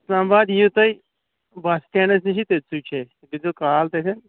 اِسلام آباد یِیِو تُہۍ بَٹ سِکینَس نِشی تٔتھٕے چھِ اسہِ تُہۍ کٔرۍزِیٚو کال تَتیٚن